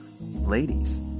Ladies